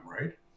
right